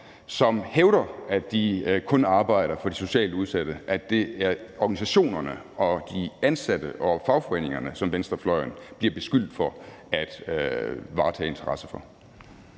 som hævder, at de kun arbejder for de socialt udsatte. Altså, det er organisationerne og de ansatte og fagforeningerne, som venstrefløjen bliver beskyldt for at varetage interesser for.